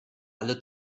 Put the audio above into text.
alle